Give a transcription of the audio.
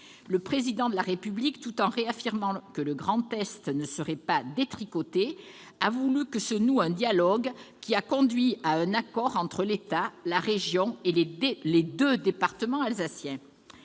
Le Président de la République, tout en réaffirmant que le Grand Est ne serait pas détricoté, a voulu que se noue un dialogue qui a conduit à un accord entre l'État, la région et les deux départements alsaciens.